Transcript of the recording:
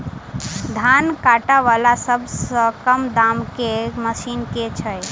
धान काटा वला सबसँ कम दाम केँ मशीन केँ छैय?